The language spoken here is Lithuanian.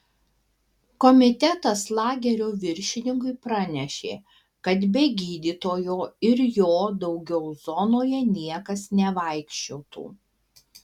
komitetas lagerio viršininkui pranešė kad be gydytojo ir jo daugiau zonoje niekas nevaikščiotų